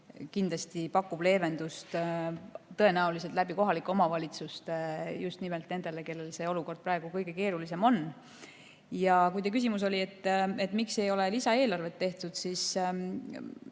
kindlasti pakub leevendust tõenäoliselt läbi kohalike omavalitsuste just nimelt nendele, kellel olukord praegu kõige keerulisem on. Kui teie küsimus oli, miks ei ole lisaeelarvet tehtud, siis